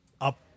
up